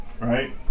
right